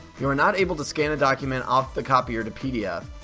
you are not able to scan a document off the copier to pdf,